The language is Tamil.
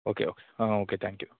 okay ah okay thank you